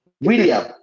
William